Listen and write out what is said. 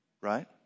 Right